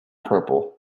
purple